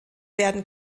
werden